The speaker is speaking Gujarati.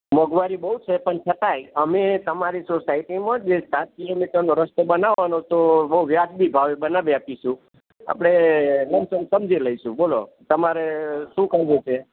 મોંઘવારી બહુ છે પણ છતાંય અમે તમારી સોસાયટીમાં જે સાત કિલોમીટરનો રસ્તો બનાવવાનો તો બહુ વ્યાજબી ભાવે બનાવી આપીશું આપણે લમસમ સમજી લઈશું બોલો તમારે શું કરવું છે